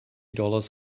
dollars